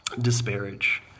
disparage